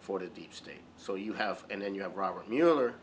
for the state so you have and then you have robert mueller